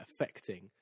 affecting